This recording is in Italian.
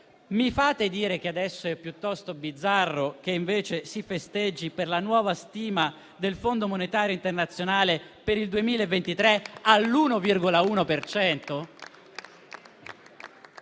Converrete che adesso è piuttosto bizzarro che invece si festeggi per la nuova stima del Fondo monetario internazionale per il 2023 all'1,1